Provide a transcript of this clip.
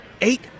eight